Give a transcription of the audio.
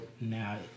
now